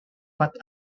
but